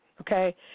Okay